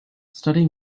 studying